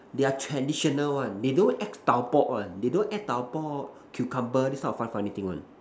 they are traditional one they don't add tau pok one they don't add tau pok cucumber this kind of funny funny thing one